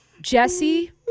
Jesse